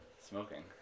smoking